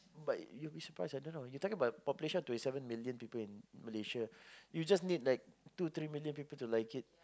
but you'll be surprised I don't know you talking about population of twenty seven million people in Malaysia you just need like two three million people to like it